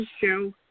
show